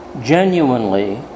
genuinely